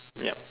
yup